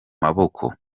maboko